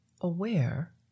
aware